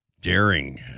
daring